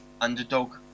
underdog